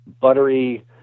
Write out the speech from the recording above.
buttery